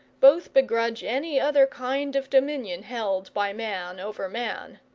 both begrudge any other kind of dominion held by man over man.